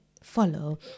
follow